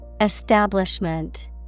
Establishment